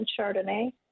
Chardonnay